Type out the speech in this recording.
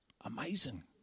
amazing